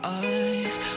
eyes